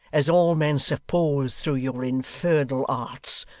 as all men supposed through your infernal arts,